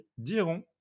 diront